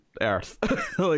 Earth